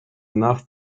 enough